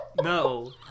No